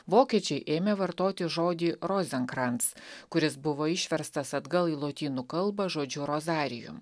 vokiečiai ėmė vartoti žodį rozenkrans kuris buvo išverstas atgal į lotynų kalbą žodžiu rosario